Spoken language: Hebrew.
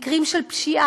מקרים של פשיעה,